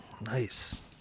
Nice